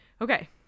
Okay